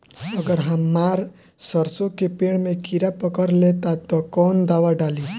अगर हमार सरसो के पेड़ में किड़ा पकड़ ले ता तऽ कवन दावा डालि?